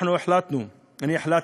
לכן אנחנו החלטנו, אני החלטתי,